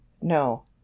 no